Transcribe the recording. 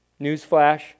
Newsflash